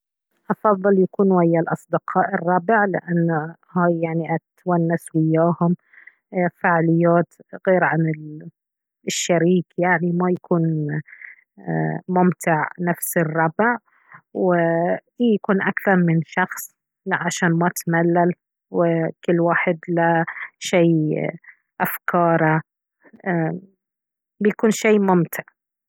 أفضل يكون ويا الأصدقاء الربع لأنه هاي يعني أتونس وياهم فعاليات غيرعن الشريك يعني ما يكون ايه ممتع نفس الربع واي يكون أكثر من شخص لا عشان ما اتملل وكل واحد له شي أفكاره ايه بيكون شي ممتع